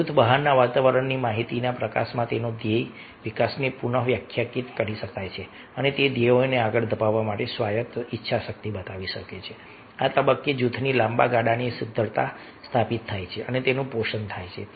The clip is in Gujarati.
જૂથ બહારના વાતાવરણની માહિતીના પ્રકાશમાં તેના ધ્યેયના વિકાસને પુનઃવ્યાખ્યાયિત કરી શકે છે અને તે ધ્યેયોને આગળ ધપાવવા માટે સ્વાયત્ત ઇચ્છાશક્તિ બતાવી શકે છે આ તબક્કે જૂથની લાંબા ગાળાની સધ્ધરતા સ્થાપિત થાય છે અને તેનું પોષણ થાય છે